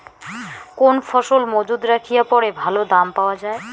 কোন ফসল মুজুত রাখিয়া পরে ভালো দাম পাওয়া যায়?